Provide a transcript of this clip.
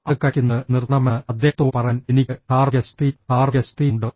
അത് കഴിക്കുന്നത് നിർത്തണമെന്ന് അദ്ദേഹത്തോട് പറയാൻ എനിക്ക് ധാർമ്മിക ശക്തിയും ധാർമ്മിക ശക്തിയുമുണ്ട്